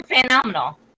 phenomenal